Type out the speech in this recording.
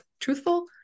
truthful